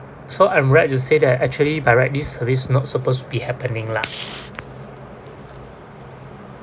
so I'm right to say that actually by right this service not supposed to be happening lah